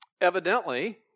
Evidently